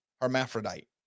hermaphrodite